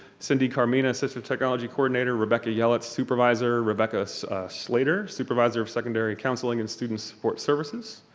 cindy carmina, assistive technology coordinator. rebecca yellets, supervisor. rebecca so schlatter, supervisor of secondary counseling and student support services.